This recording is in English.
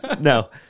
No